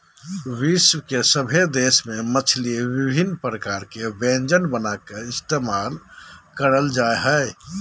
विश्व के सभे देश में मछली विभिन्न प्रकार के व्यंजन बनाकर इस्तेमाल करल जा हइ